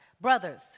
brothers